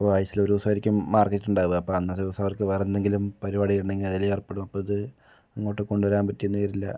ഇപ്പോൾ ആഴ്ചയിൽ ഒരു ദിവസമായിരിക്കും മാർക്കറ്റ് ഉണ്ടാവുക അപ്പം അന്നേ ദിവസം അവർക്ക് വേറെ ഏന്തെങ്കിലും പരുപാടി ഉണ്ടെങ്കില് അതില് ഏർപ്പെടും അപ്പം ഇത് ഇങ്ങോട്ട് കൊണ്ടു വരാൻ പറ്റിയെന്ന് വരില്ല